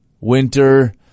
Winter